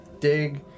dig